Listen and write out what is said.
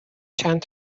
چند